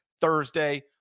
Thursday